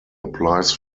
applies